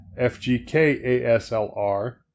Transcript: FGKASLR